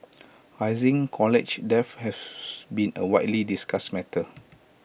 rising college debt has been A widely discussed matter